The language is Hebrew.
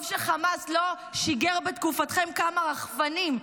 טוב שחמאס לא שיגר בתקופתכם כמה רחפנים,